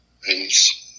Peace